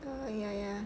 ya ya